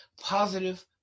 positive